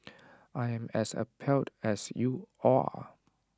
I am as appalled as you all are